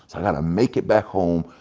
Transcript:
i gotta make it back home,